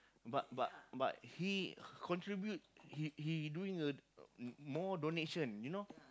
but but but he contribute he he doing uh more donation you know